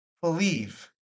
believe